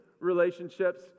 Relationships